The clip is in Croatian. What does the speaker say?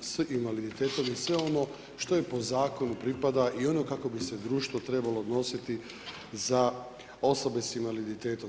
s invaliditetom i sve ono što joj po zakonu pripada i ono kako bi se društvo trebalo odnositi za osobe s invaliditetom.